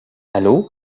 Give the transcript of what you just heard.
allo